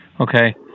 Okay